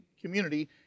community